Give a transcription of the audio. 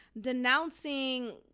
denouncing